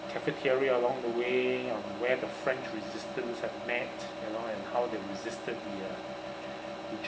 cafeteria along the way on where the french resistance have met you know and how they resisted the uh